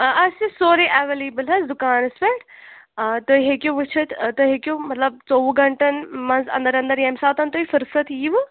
اَسہِ سورُے ایویلیبل حظ دُکانس پٮ۪ٹھ تۄہہِ ہیٚکِو وٕچتھ تۄہہِ ہیٚکِو مطلب ژۄوُہ گنٛٹن منٛز انٛدر انٛدر ییٚمہِ ساتن تۄہہِ فٕرستھ یِوٕ